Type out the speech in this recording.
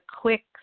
quick